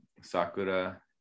sakura